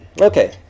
Okay